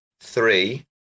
three